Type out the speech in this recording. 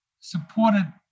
supported